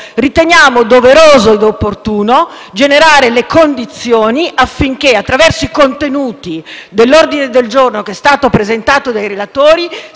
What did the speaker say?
riteniamo doveroso e opportuno generare le condizioni affinché si perfezionino i contenuti dell'ordine del giorno che è stato presentato dai relatori.